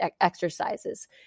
exercises